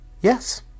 Yes